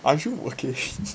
I'm sure okay